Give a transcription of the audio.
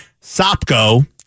Sopko